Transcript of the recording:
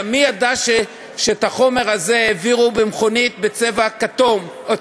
מי ידע שאת החומר הזה העבירו במכונית בצבע צהוב,